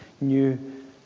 new